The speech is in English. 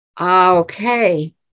Okay